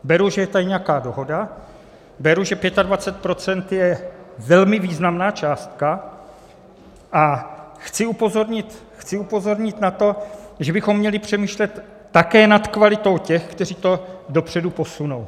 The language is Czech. Beru, že je tady nějaká dohoda, beru, že 25 % je velmi významná částka, a chci upozornit na to, že bychom měli přemýšlet také nad kvalitou těch, kteří to dopředu posunou.